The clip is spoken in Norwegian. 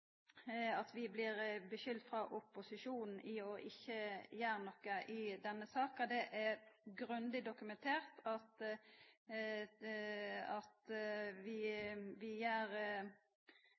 frå opposisjonen blir skulda for ikkje å gjera noko i denne saka. Det er grundig dokumentert at vi